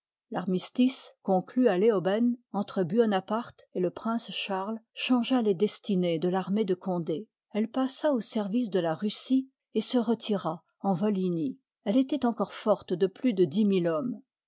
l'armistice conclu à léoben entre buonaparte et le prince charles changea les destinées de l'armée de condé elle passa au service de la russie et se retira en volhinie elle é toit encore forte de plus de dix mille hommes